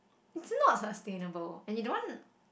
it's not sustainable and you don't want